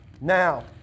Now